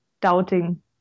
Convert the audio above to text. doubting